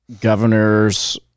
governors